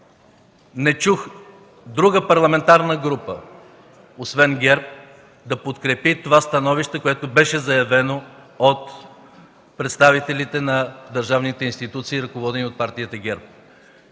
не чух друга парламентарна група, освен ГЕРБ, да подкрепи това становище, което беше заявено от представителите на държавните институции, ръководени от партия ГЕРБ.